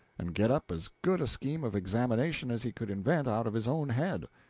and get up as good a scheme of examination as he could invent out of his own head.